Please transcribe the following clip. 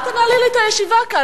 אל תנהלי לי את הישיבה כאן.